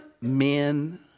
men